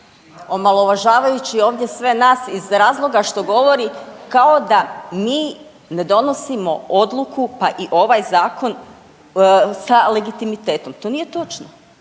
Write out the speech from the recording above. omalovažavajući ovdje sve nas iz razloga što govori kao da mi ne donosimo odluku, pa i ovaj zakon sa legitimitetom. To nije točno.